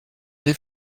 des